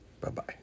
Bye-bye